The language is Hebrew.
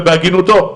ובהגינותו,